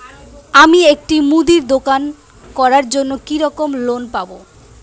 আমি একটি মুদির দোকান করার জন্য কি রকম লোন পাব?